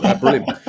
Brilliant